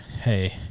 Hey